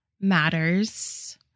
matters